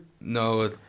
No